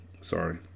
Sorry